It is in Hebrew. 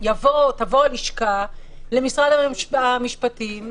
תבוא הלשכה למשרד המשפטים,